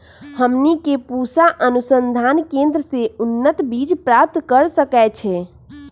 हमनी के पूसा अनुसंधान केंद्र से उन्नत बीज प्राप्त कर सकैछे?